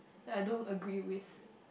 ya I don't agree with